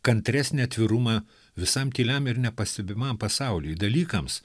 kantresnį atvirumą visam tyliam ir nepastebimam pasauliui dalykams